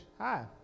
Hi